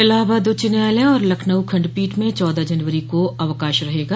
इलाहाबाद उच्च न्यायालय और लखनऊ खंडपीठ में चौदह जनवरी को अवकाश रहेगा